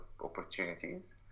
opportunities